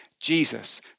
Jesus